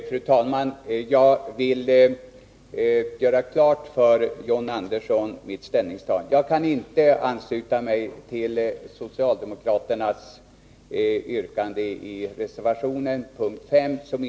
Fru talman! Jag vill klargöra mitt ställningstagande för John Andersson. I fråga om mom. 5 kan jag inte ansluta mig till socialdemokraternas reservation som den nu är utformad.